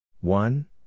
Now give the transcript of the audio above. One